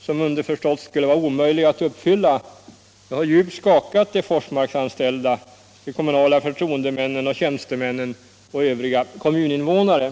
som underförstått skulle vara omöjliga att uppfylla, har djupt skakat de Forsmarksanställda, kommunala förtroendemän och tjänstemän samt övriga kommuninvånare.